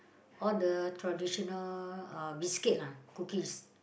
all the traditional uh biscuits lah cookies